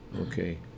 Okay